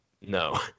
No